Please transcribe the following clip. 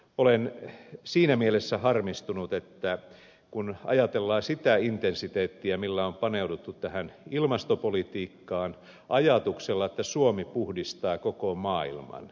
olen siinä mielessä harmistunut kun ajatellaan sitä intensiteettiä millä on paneuduttu tähän ilmastopolitiikkaan ajatuksella että suomi puhdistaa koko maailman